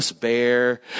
bear